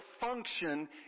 function